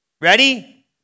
Ready